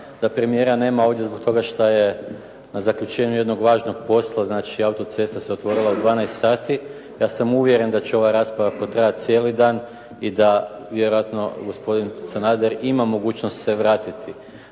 da premijera nema ovdje zbog toga što je na zaključenju jednog važnog posla. Znači, autocesta se otvorila u 12,00 sati. Ja sam uvjeren da će ova rasprava potrajati cijeli dan i da vjerojatno gospodin Sanader ima mogućnost se vratiti,